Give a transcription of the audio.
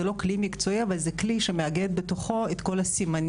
זה לא כלי מקצועי אבל זה כלי שמאגד בתוכו את כל הסימנים